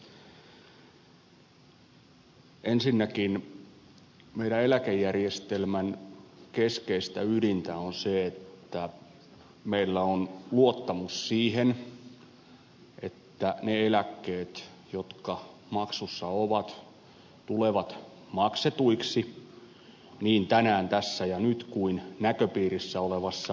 ensinnäkin meidän eläkejärjestelmämme keskeistä ydintä on se että meillä on luottamus siihen että ne eläkkeet jotka maksussa ovat tulevat maksetuiksi niin tänään tässä ja nyt kuin näköpiirissä olevassa